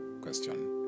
question